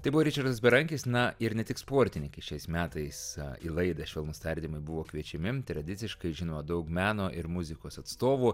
tai buvo ričardas berankis na ir ne tik sportininkai šiais metais į laidą švelnūs tardymai buvo kviečiami tradiciškai žinoma daug meno ir muzikos atstovų